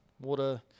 water